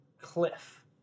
cliff